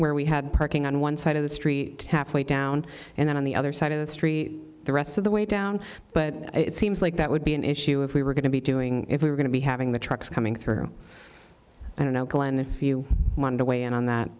where we had parking on one side of the street half way down and then on the other side of the street the rest of the way down but it seems like that would be an issue if we were going to be doing if we were going to be having the trucks coming through i don't know if you want to weigh in on that